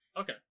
Okay